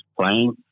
playing